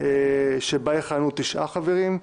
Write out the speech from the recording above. שבה יכהנו תשעה חברים,